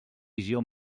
visió